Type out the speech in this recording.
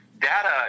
data